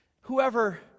Whoever